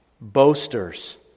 boasters